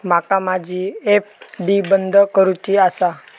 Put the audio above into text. माका माझी एफ.डी बंद करुची आसा